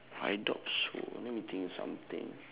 I doubt so let me think of something